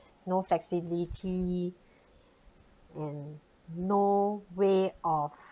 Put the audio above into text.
no flexibility and no way of